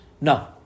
No